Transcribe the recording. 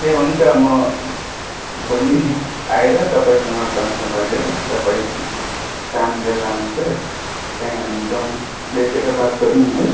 ए हुन्छ म भोलि आएर तपाईँसँग कन्सल्ट गरेर तपाईँ कहाँनिर लानुहुन्छ त्यहीँ हामी जाऔँ न भेटेर बात गरौँ न है